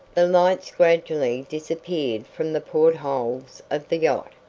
the lights gradually disappeared from the port-holes of the yacht,